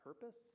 purpose